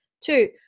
Two